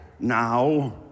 now